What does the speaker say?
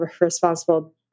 responsible